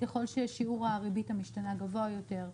ככל ששיעור הריבית המשתנה גבוה יותר,